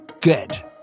Good